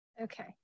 Okay